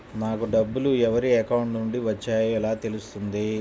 నాకు డబ్బులు ఎవరి అకౌంట్ నుండి వచ్చాయో ఎలా తెలుస్తుంది?